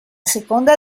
seconda